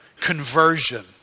conversion